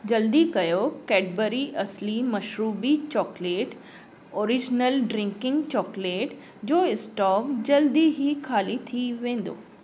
जल्दी कयो केडबरी असली मशरूबी चॉकलेट ओरिजिनल ड्रिंकिंग चॉकलेट जो इस्टोक जल्दी ई खाली थी वेंदो